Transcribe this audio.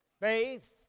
Faith